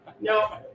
No